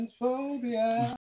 transphobia